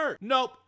Nope